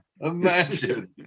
imagine